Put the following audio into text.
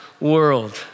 world